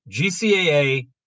GCAA